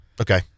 Okay